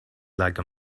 like